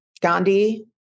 Gandhi